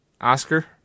Oscar